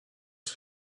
est